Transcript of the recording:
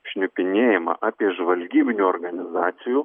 šnipinėjimą apie žvalgybinių organizacijų